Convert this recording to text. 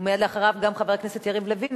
ומייד אחריו גם חבר הכנסת יריב לוין,